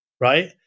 right